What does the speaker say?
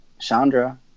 Chandra